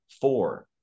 four